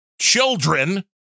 children